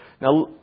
Now